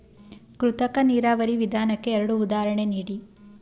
ಕೃತಕ ನೀರಾವರಿ ವಿಧಾನಕ್ಕೆ ಎರಡು ಉದಾಹರಣೆ ನೀಡಿ?